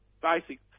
basic